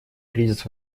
кризис